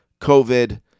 COVID